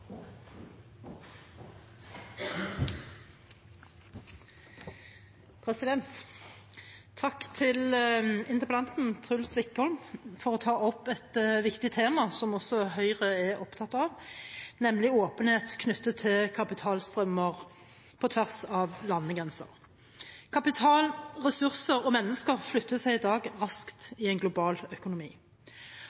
Takk til interpellanten Truls Wickholm for å ta opp et viktig tema, som også Høyre er opptatt av, nemlig åpenhet knyttet til kapitalstrømmer på tvers av landegrenser. Kapital, ressurser og mennesker flytter seg i dag raskt